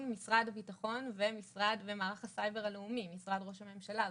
משרד הביטחון ומערך הסייבר הלאומי משרד ראש הממשלה.